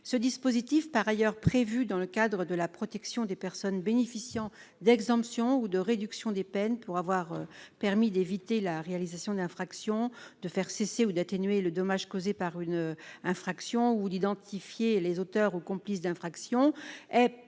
Ce dispositif, par ailleurs prévu dans le cadre de la protection des personnes bénéficiant d'exemptions ou de réductions de peines pour avoir permis d'éviter la réalisation d'infractions, de faire cesser ou d'atténuer le dommage causé par une infraction, ou d'identifier les auteurs ou complices d'infractions, est